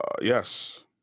yes